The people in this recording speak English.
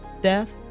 Death